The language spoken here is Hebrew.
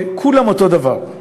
כולם אותו דבר.